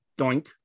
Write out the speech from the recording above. doink